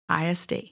ISD